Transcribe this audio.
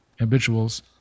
habituals